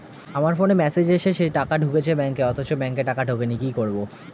আমার ফোনে মেসেজ এসেছে টাকা ঢুকেছে ব্যাঙ্কে অথচ ব্যাংকে টাকা ঢোকেনি কি করবো?